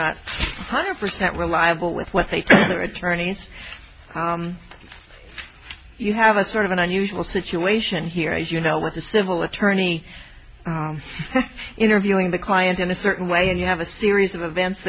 one hundred percent reliable with what they are attorneys you have a sort of an unusual situation here as you know with a civil attorney interviewing the client in a certain way and you have a series of events